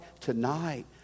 tonight